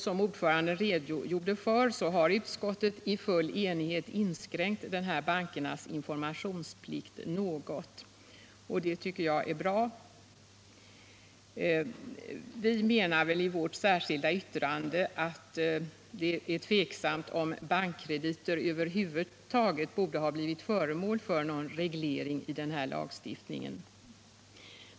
Som ordföranden redogjorde för har utskottet i full enighet något inskränkt denna bankernas informationsplikt. Det tycker jag är bra. Vi ifrågasätter i vårt särskilda yttrande om bankkrediter över huvud taget borde ha blivit föremål för någon reglering i denna lagstiftning.